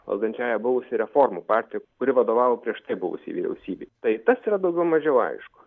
valdančiąja buvusi reformų partija kuri vadovavo prieš tai buvusiai vyriausybei tai tas yra daugiau mažiau aišku